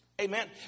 Amen